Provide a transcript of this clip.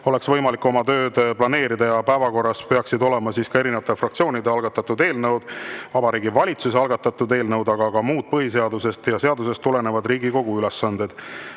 oleks võimalik oma tööd planeerida. Päevakorras peaksid olema erinevate fraktsioonide algatatud eelnõud, Vabariigi Valitsuse algatatud eelnõud, aga ka muud põhiseadusest ja seadusest tulenevad Riigikogu ülesanded.